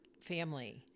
family